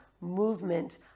movement